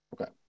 Okay